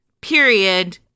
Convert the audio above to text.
Period